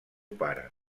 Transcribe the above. pare